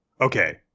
okay